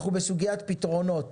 אנחנו בסוגיית פתרונות.